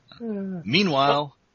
Meanwhile